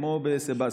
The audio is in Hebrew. כמו בסבסטיה.